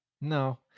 No